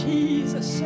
Jesus